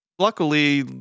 Luckily